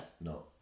No